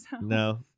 No